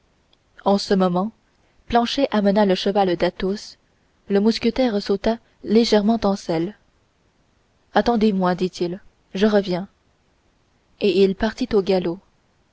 en ce moment planchet amena le cheval d'athos le mousquetaire sauta légèrement en selle attendez-moi dit-il je reviens et il partit au galop